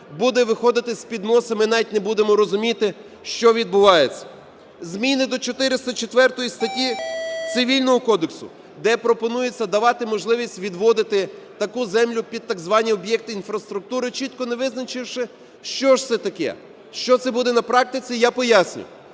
буде виходити з-під носа, ми навіть не будемо розуміти, що відбувається. Зміни до 404 статті Цивільного кодексу, де пропонується давати можливість відводити таку землю під так звані об'єкти інфраструктури, чітко не визначивши, що ж це таке. Що це буде на практиці? Я пояснюю: